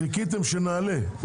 חיכיתם שנעלה.